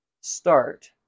start